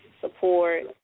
support